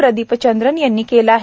प्रदीपचंद्रन यांनी केले आहे